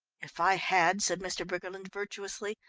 if i had, said mr. briggerland virtuously,